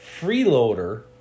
freeloader